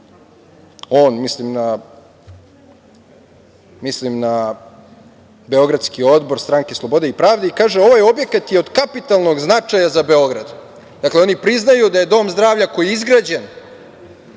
On, mislim na beogradski odbor Stranke slobode i pravde i kaže – ovaj objekat je od kapitalnog značaja za Beograd. Dakle, oni priznaju da je dom zdravlja koji je izgrađen,